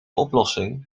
oplossing